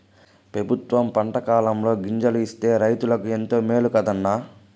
పెబుత్వం పంటకాలంలో గింజలు ఇస్తే రైతులకు ఎంతో మేలు కదా అన్న